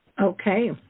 Okay